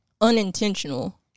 Unintentional